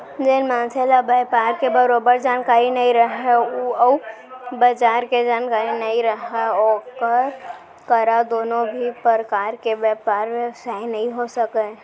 जेन मनसे ल बयपार के बरोबर जानकारी नइ रहय अउ बजार के जानकारी नइ रहय ओकर करा कोनों भी परकार के बयपार बेवसाय नइ हो सकय